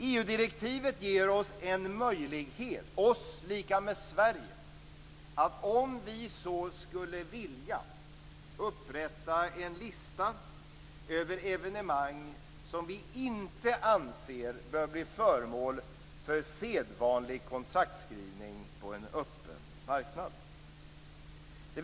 EU-direktivet ger oss en möjlighet - "oss" lika med Sverige - att om vi så skulle vilja upprätta en lista över evenemang som vi inte anser bör bli föremål för sedvanlig kontraktsskrivning på en öppen marknad.